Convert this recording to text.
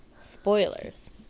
spoilers